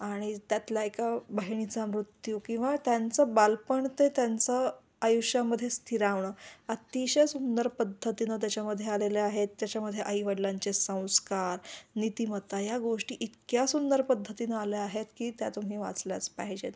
आणि त्यातल्या एका बहिणीचा मृत्यू किंवा त्यांचं बालपण ते त्यांचं आयुष्यामध्येे स्थिरावण अतिशय सुंदर पद्धतीनं त्याच्यामध्ये आलेल्या आहेत त्याच्यामध्ये आईवडिलांचे संस्कार नीतिमत्ता या गोष्टी इतक्या सुंदर पद्धतीनं आल्या आहेत की त्या तुम्ही वाचल्याच पाहिजेत